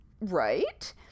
Right